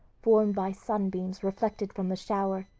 formed by sunbeams reflected from the shower,